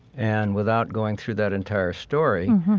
and without going through that entire story,